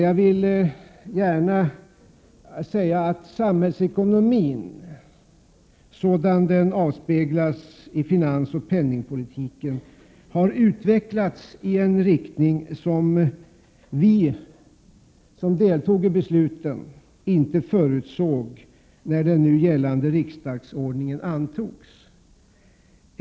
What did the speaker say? Jag vill dock gärna säga att samhällsekonomin, sådan den avspeglas i finansoch penningpolitiken, har utvecklats i en riktning som vi, som deltog i besluten, inte förutsåg när den nu gällande riksdagsordningen antogs.